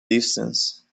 distance